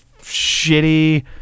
shitty